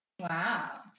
Wow